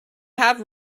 have